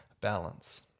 balance